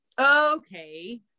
Okay